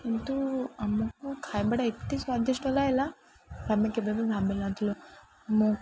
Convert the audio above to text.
କିନ୍ତୁ ଆମକୁ ଖାଇବାଟା ଏତେ ସ୍ୱାଦିଷ୍ଟ ଲାଗିଲା ଆମେ କେବେ ବି ଭାବିନଥିଲୁ ମୁଁ